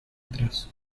atrás